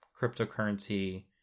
cryptocurrency